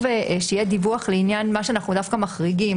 שיהיה דיווח לעניין מה שאנחנו דווקא מחריגים,